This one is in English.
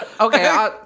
Okay